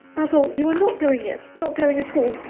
basil! you are not going yet not going at all!